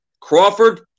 Crawford